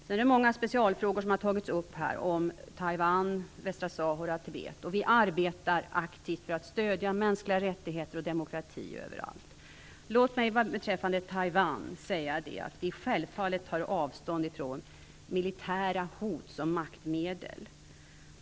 Det är många specialfrågor som har tagits upp, om Taiwan, Västsahara och Tibet. Vi arbetar aktivt för att överallt stödja mänskliga rättigheter och demokrati. Låt mig beträffande Taiwan säga att vi självfallet tar avstånd från militära hot som maktmedel.